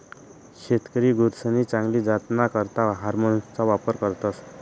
शेतकरी गुरसनी चांगली जातना करता हार्मोन्सना वापर करतस